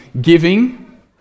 giving